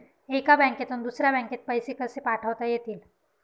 एका बँकेतून दुसऱ्या बँकेत पैसे कसे पाठवता येतील?